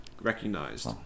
recognized